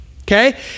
okay